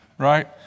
right